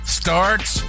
starts